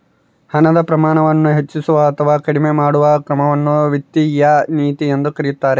ಹಣದ ಪ್ರಮಾಣವನ್ನು ಹೆಚ್ಚಿಸುವ ಅಥವಾ ಕಡಿಮೆ ಮಾಡುವ ಕ್ರಮವನ್ನು ವಿತ್ತೀಯ ನೀತಿ ಎಂದು ಕರೀತಾರ